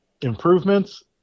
improvements